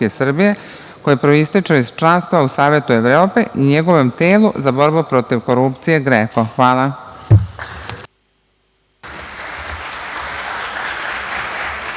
koji proističu iz članstva u Savetu Evrope i njegovom telu za borbu protiv korupcije – GREKO. Hvala.